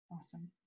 Awesome